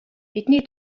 биднийг